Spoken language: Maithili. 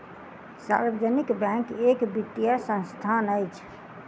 सार्वजनिक बैंक एक वित्तीय संस्थान अछि